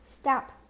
stop